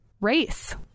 Race